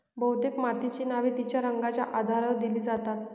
बहुतेक मातीची नावे तिच्या रंगाच्या आधारावर दिली जातात